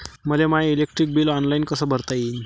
मले माय electric bill online कस भरता येईन?